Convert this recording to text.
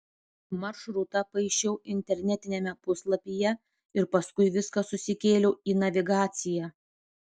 maršrutą paišiau internetiniame puslapyje ir paskui viską susikėliau į navigaciją